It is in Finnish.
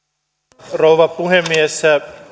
arvoisa rouva puhemies